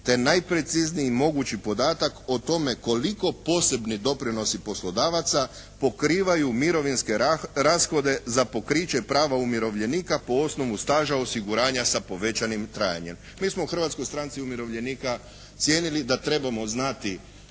te najprecizniji mogući podatak o tome koliko posebni doprinosi poslodavaca pokrivaju mirovinske rashode za pokriće prava umirovljenika po osnovu staža osiguranja sa povećanim trajanjem. Mi smo u Hrvatskoj stranci umirovljenika cijenili da trebamo znati